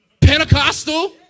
Pentecostal